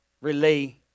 relay